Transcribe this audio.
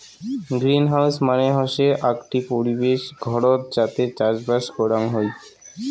greenhouse মানে হসে আকটি পরিবেশ ঘরত যাতে চাষবাস করাং হই